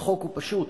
החוק הוא פשוט.